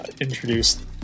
introduced